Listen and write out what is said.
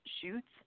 shoots –